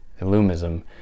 Illumism